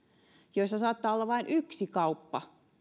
joissa saattaa olla vain yksi kauppa